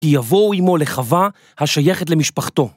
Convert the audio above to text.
כי יבואו עמו לחווה השייכת למשפחתו.